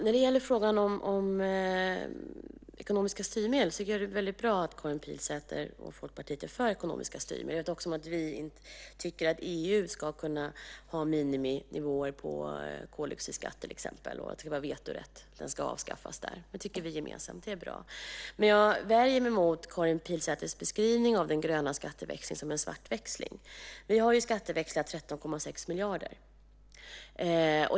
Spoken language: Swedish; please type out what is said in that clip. Fru talman! Jag tycker att det är väldigt bra att Karin Pilsäter och Folkpartiet är för ekonomiska styrmedel. Vi tycker också att EU ska kunna ha miniminivåer på koldioxidskatt till exempel och att vetorätten ska avskaffas där. Det tycker vi gemensamt. Det är bra. Men jag värjer mig mot Karin Pilsäters beskrivning av den gröna skatteväxlingen som en svartväxling. Vi har skatteväxlat 13,6 miljarder.